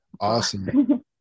Awesome